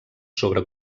sobre